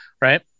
right